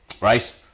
right